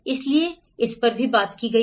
इसलिए इस पर चर्चा की गई है